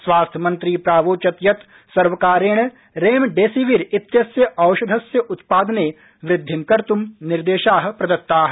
स्वास्थ्य मन्त्री प्राोक्तवान् यत् सर्वकारेण रेमडेसिविर इत्यस्य औषधस्य उत्पादने वृद्धि कर्तु निर्देशा प्रदत्ता